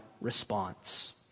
response